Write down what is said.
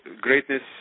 greatness